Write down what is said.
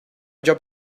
job